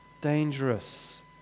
dangerous